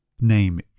Name